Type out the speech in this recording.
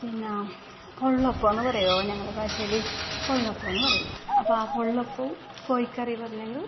പിന്നെ പൊള്ളപ്പം എന്ന് പറയും ഞങ്ങളുടെ ഭാഷയിൽ പൊള്ളപ്പം എന്ന് പറയും അപ്പം ആ പൊള്ളപ്പം കോഴിക്കറി പറഞ്ഞെങ്കില്